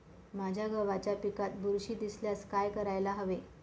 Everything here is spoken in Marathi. माझ्या गव्हाच्या पिकात बुरशी दिसल्यास काय करायला हवे?